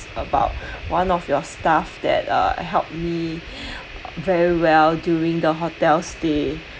about one of your staff that uh helped me very well during the hotel stay